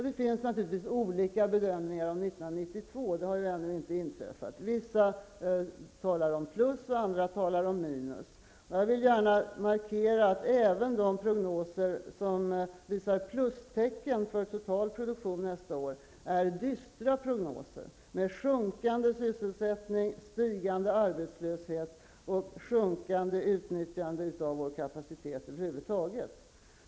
Det finns naturligtvis olika bedömningar om 1992. Det har ju ännu inte börjat. Vissa talar om plus och andra talar om minus. Jag vill gärna markera att även de prognoser som visar plus för den totala produktionen nästa år är dystra prognoser: sjunkande sysselsättning, stigande arbetslöshet och sjunkande utnyttjande av vår kapacitet över huvud taget.